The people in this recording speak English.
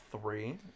three